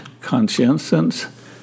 conscientious